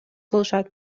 кылышат